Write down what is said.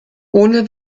ohne